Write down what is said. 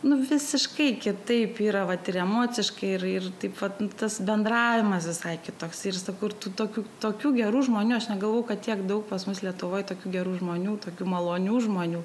nu visiškai kitaip yra vat ir emociškai ir ir taip vat nu tas bendravimas visai kitoks ir sakau ir tų tokių tokių gerų žmonių aš negalvoju kad tiek daug pas mus lietuvoje tokių gerų žmonių tokių malonių žmonių